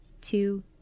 two